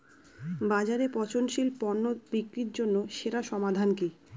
বাজারে পচনশীল পণ্য বিক্রির জন্য সেরা সমাধান কি?